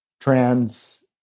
trans